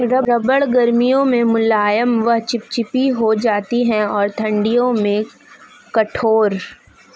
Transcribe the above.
रबड़ गर्मियों में मुलायम व चिपचिपी हो जाती है और सर्दियों में कठोर